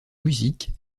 musique